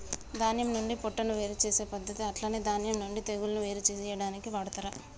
ధాన్యం నుండి పొట్టును వేరు చేసే పద్దతి అట్లనే ధాన్యం నుండి తెగులును వేరు చేయాడానికి వాడతరు